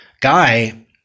guy